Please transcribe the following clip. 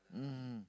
mmhmm